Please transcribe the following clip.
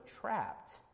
trapped